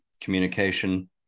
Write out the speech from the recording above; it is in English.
communication